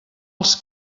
els